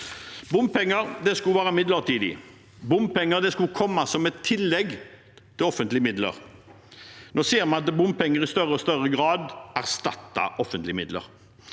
Bompenger skulle være midlertidig. Bompenger skulle komme som et tillegg til offentlige midler. Nå ser vi at bompenger i større og større grad erstatter offentlige midler.